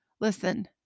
Listen